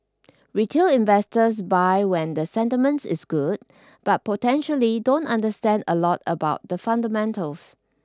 retail investors buy when the sentiment is good but potentially don't understand a lot about the fundamentals